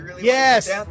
Yes